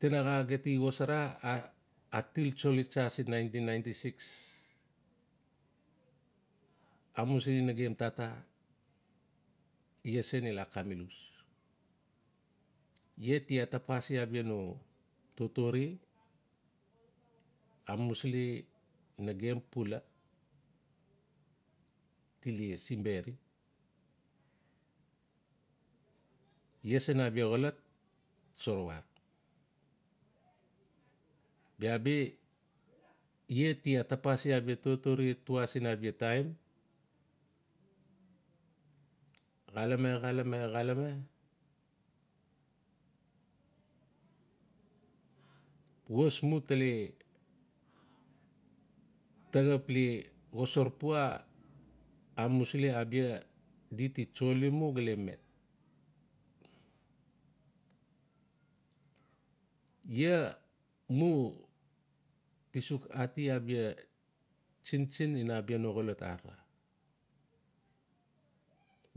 Tinaxa gem ti xosaraa-atiltsoli tsa siin nineteen ninety six. Amusili nagem tata. lesem ila kamilus. ia ti atapasi abia no totore amusili nagem pula tile simberi. Iesen abia xolot 'songat; bia bi iaa ti atapasi abia totore tuaa siin abia time. xalame-xalame-xalame. was mu tale. ta xap xosap pua amusili abia di ti tsoli. Ia mu ti suk ati tsintsin ina abia no xolot arara.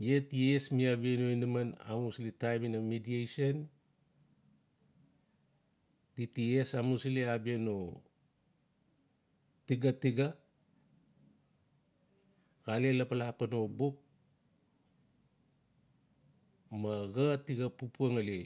ia ties mi abia no inaman amusili taim ina mediation. Di ti es amusili abia no tigatiga xale lapala pan no buk. ma xa ti xap papua ngali.